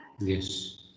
Yes